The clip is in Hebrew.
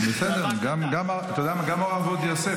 גם הרב עובדיה יוסף,